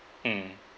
mm